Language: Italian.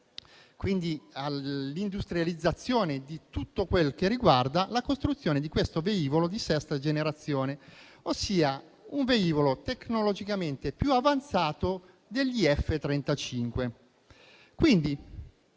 e all'industrializzazione di tutto quel che riguarda la costruzione di questo velivolo di sesta generazione, ossia un velivolo tecnologicamente più avanzato degli F-35.